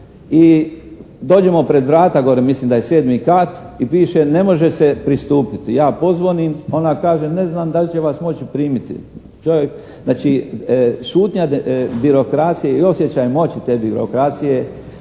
I dođemo pred vrata gore, mislim da je sedmi kat, i piše "Ne može se pristupiti.". Ja pozvonim, ona kaže: "Ne znam da li će vas moći primiti." Znači, šutnja birokracije i osjećaj moći te birokracije